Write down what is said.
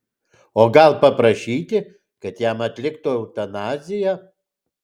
o gal paprašyti kad jam atliktų eutanaziją